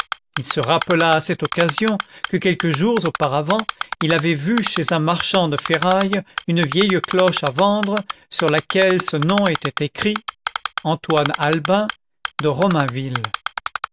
il se rappela à cette occasion que quelques jours auparavant il avait vu chez un marchand de ferrailles une vieille cloche à vendre sur laquelle ce nom était écrit antoine albin de romainville